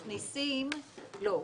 לא,